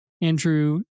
Andrew